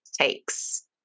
takes